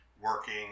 working